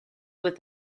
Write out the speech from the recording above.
with